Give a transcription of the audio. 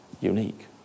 unique